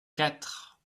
quatre